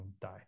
die